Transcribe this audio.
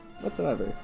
Whatsoever